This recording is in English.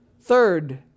Third